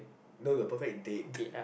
no the perfect date